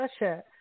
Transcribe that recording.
Russia